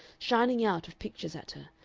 shining out of pictures at her,